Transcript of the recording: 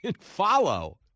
follow